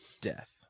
death